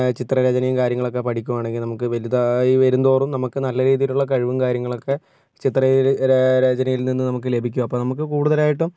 ചിത്രരചനയും കാര്യങ്ങളൊക്കെ പഠിക്കുകായാണെങ്കിൽ നമുക്ക് വലുതായിവരുംതോറും നമുക്ക് നല്ല രീതിയിലുള്ള കഴിവും കാര്യങ്ങളൊക്കെ ചിത്രരചന രചനയിൽനിന്ന് നമുക്ക് ലഭിക്കും അപ്പോ ൾ നമുക്ക് കൂടുതലായിട്ടും